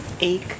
ache